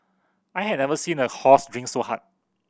I had never seen a horse drink so hard